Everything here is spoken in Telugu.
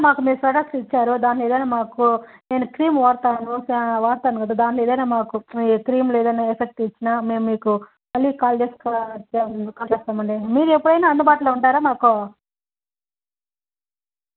ఓకే అండి మేము మీకు ఏదైనా మాకు మీరు ప్రొడక్ట్స్ ఇచ్చారు దాంట్లో ఏదైనా మాకు నేను క్రీమ్ వాడతాను వాడతాను కదా దాంట్లో ఏదైన మాకు క్రీమ్లో ఏదైన ఎఫెక్ట్ ఇచ్చినా మేము మీకు మళ్ళీ కాల్ చేస్తామండి మీరు ఎప్పుడైనా అందుబాటులో ఉంటారా మాకు